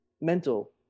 mental